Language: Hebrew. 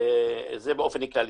זה באופן כללי.